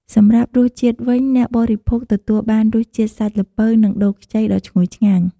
សម្រាប់រសជាតិវិញ អ្នកបរិភោគទទួលបានរសជាតិសាច់ល្ពៅ និងដូងខ្ចីដ៏ឈ្ងុយឆ្ងាញ់។